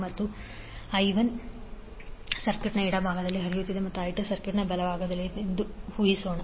ಪ್ರಸ್ತುತ I1 ಸರ್ಕ್ಯೂಟ್ನ ಎಡ ಭಾಗದಲ್ಲಿ ಹರಿಯುತ್ತಿದೆ ಮತ್ತು I2 ಸರ್ಕ್ಯೂಟ್ನ ಬಲಭಾಗದಲ್ಲಿ ಹರಿಯುತ್ತಿದೆ ಎಂದು ಊಹಿಸೋಣ